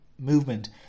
movement